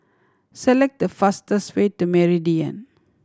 select the fastest way to Meridian